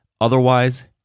Otherwise